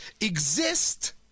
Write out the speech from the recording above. exist